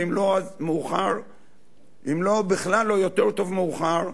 ואם לא אז יותר טוב מאוחר,